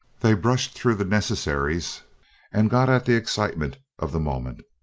they brushed through the necessaries and got at the excitement of the moment.